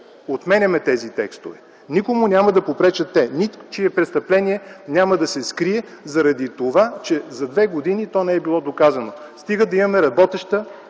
отменяме тези текстове. Никому няма да попречат те. Ничие престъпление няма да се скрие заради това, че за две години то не е било доказано, стига да имаме работеща